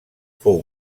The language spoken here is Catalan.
fou